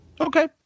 okay